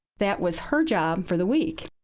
that was her job for the week.